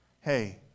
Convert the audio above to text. hey